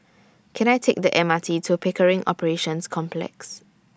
Can I Take The M R T to Pickering Operations Complex